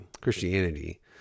christianity